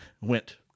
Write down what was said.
went